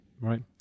right